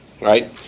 Right